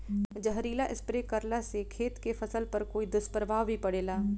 जहरीला स्प्रे करला से खेत के फसल पर कोई दुष्प्रभाव भी पड़ी?